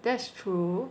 that's true